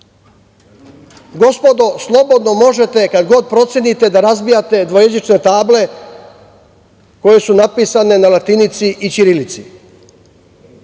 "Gospodo, slobodno možete, kad god procenite, da razbijate dvojezične table koje su napisane na latinici i ćirilici".